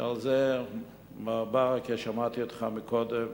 על זה שמעתי אותך קודם,